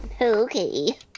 Okay